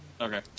Okay